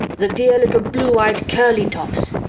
the dear little blue-eyed curly-tops?